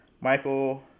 Michael